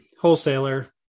wholesaler